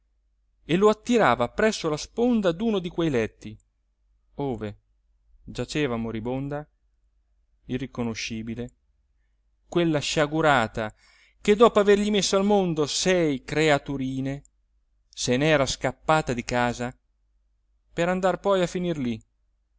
e lo attirava presso la sponda d'uno di quei letti ove giaceva moribonda irriconoscibile quella sciagurata che dopo avergli messo al mondo sei creaturine se n'era scappata di casa per andar poi a finir lì